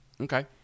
Okay